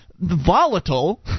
volatile